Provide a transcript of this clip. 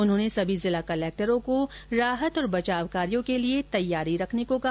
उन्होंने सभी जिला कलक्टर्स को राहत और बचाव कार्यों के लिए तैयारी रखने को कहा